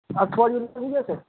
અઠવાડિયું નીકળી જશે